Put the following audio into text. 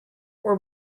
were